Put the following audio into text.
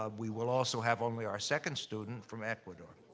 um we will also have only our second student from ecuador.